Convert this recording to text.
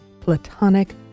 platonic